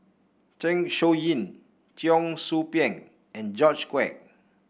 Zeng Shouyin Cheong Soo Pieng and George Quek